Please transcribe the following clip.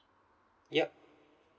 ya